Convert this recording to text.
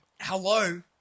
hello